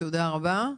תודה רבה.